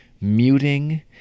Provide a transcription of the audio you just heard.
muting